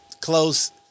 close